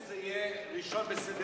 אני מבקש שזה יהיה ראשון בסדר-היום.